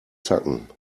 zacken